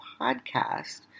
podcast